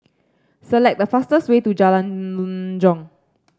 select the fastest way to Jalan Jong